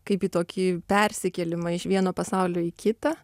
kaip į tokį persikėlimą iš vieno pasaulio į kitą